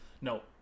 No